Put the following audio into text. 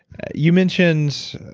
you mentioned